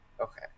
Okay